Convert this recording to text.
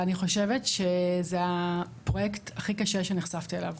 ואני חושבת שזה הפרויקט הכי קשה שנחשפתי אליו.